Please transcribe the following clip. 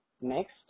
Next